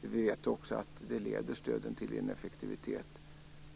Vi vet också att stöden leder till ineffektivitet.